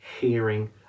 hearing